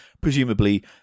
presumably